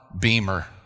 Beamer